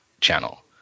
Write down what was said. channel